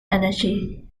energy